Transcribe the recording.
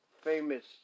famous